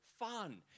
fun